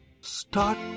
start